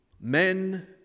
Men